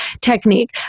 technique